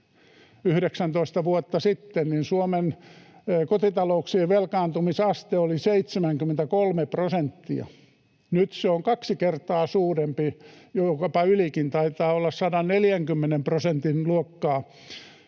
2003, niin Suomen kotitalouksien velkaantumisaste oli 73 prosenttia. Nyt se on kaksi kertaa suurempi, jopa ylikin, taitaa olla 140 prosentin luokkaa.